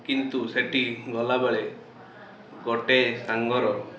କିନ୍ତୁ ସେଇଠି ଗଲା ବେଳେ ଗୋଟେ ସାଙ୍ଗର